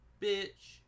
bitch